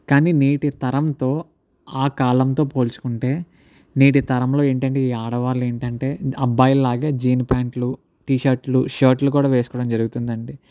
కానీ నేటి తరంతో ఆ కాలంతో పోల్చుకుంటే నేటితరంలో ఏంటంటే ఈ ఆడవాళ్ళు ఏంటి అంటే అబ్బాయిల్లాగే జీన్ పాంట్లు టీషర్ట్లు షర్ట్లు వేసుకోవడం జరుగుతుంది అండి